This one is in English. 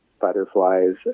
butterflies